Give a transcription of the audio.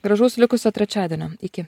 gražaus likusio trečiadienio iki